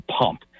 pump